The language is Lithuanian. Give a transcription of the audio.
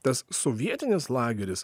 tas sovietinis lageris